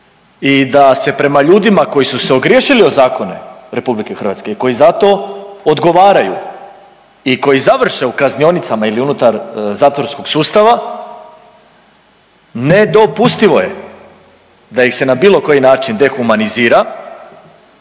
i da se prema ljudima koji su se ogriješili o zakone RH i koji za to odgovaraju i koji završe u kaznionicama ili unutar zatvorskog sustava nedopustivo je da ih se na bilo koji način dehumanizira,